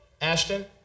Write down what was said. Ashton